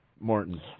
Martin